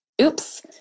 Oops